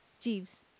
Jeeves